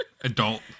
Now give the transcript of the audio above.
Adult